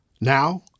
Now